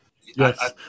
Yes